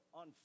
on